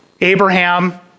Abraham